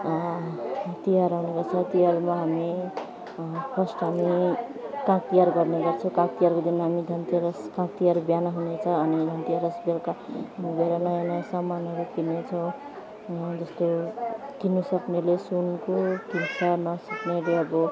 तिहार आउने गर्छ तिहारमा हामी फर्स्ट हामी काग तिहार गर्ने गर्छौँ काग तिहारको दिन हामी धन्तेरस काग तिहार बिहान हुनेछ अनि धन्तेरस बेलुका घुमेर नयाँ नयाँ सामानहरू किन्ने छौँ जस्तो किन्नु सक्नेले सुनको ठिक छ नसक्नेले अब